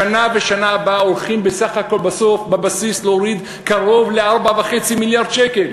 השנה ובשנה הבאה הולכים להוריד בבסיס קרוב ל-4.5 מיליארד שקל,